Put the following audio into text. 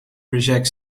reject